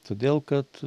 todėl kad